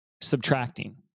subtracting